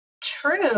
true